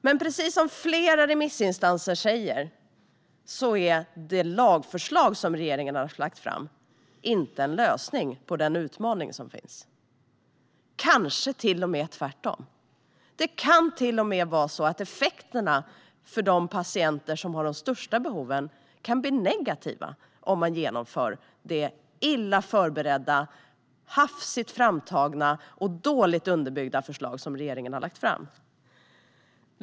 Men precis som flera remissinstanser säger är det lagförslag som regeringen har lagt fram inte en lösning på den utmaning som finns. Det kanske till och med är tvärtom. Det kan vara så att effekterna för de patienter som har de största behoven blir negativa om det illa förberedda, hafsigt framtagna och dåligt underbyggda förslag som regering har lagt fram genomförs.